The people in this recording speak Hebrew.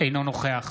אינו נוכח